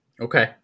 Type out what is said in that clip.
okay